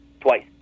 Twice